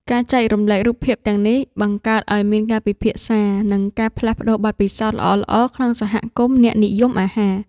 ការចែករំលែករូបភាពទាំងនេះ បង្កើតឱ្យមានការពិភាក្សា និងការផ្លាស់ប្តូរបទពិសោធន៍ល្អៗក្នុងសហគមន៍អ្នកនិយមអាហារ។